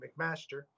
McMaster